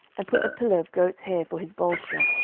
and put a pillow of goats' hair for his bolster,